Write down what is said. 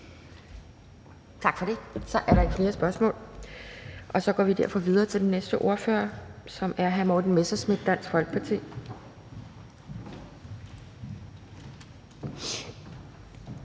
Tak for det. Så er der ikke flere spørgsmål. Og derfor går vi videre til den næste ordfører, som er hr. Morten Messerschmidt, Dansk Folkeparti.